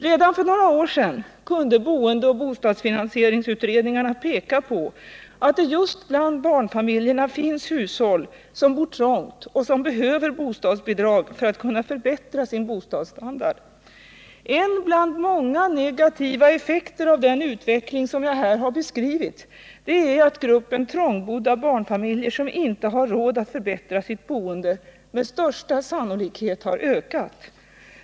Redan för några år sedan kunde boendeoch bostadsfinansieringsutredningarna peka på att det just bland barnfamiljerna finns hushåll som bor trångt och behöver bostadsbidrag för att kunna förbättra sin bostadsstandard. En bland många negativa effekter av den utveckling som jag här beskrivit är att gruppen trångbodda barnfamiljer som inte har råd att förbättra sitt boende med största sannolikhet har ökat.